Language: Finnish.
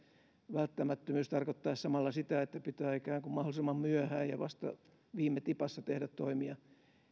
välttämättömyys tarkoittaa samalla sitä että pitää ikään kuin mahdollisimman myöhään ja vasta viime tipassa tehdä toimia